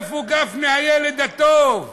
איפה גפני הילד הטוב,